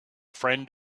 friend